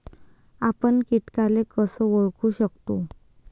आपन कीटकाले कस ओळखू शकतो?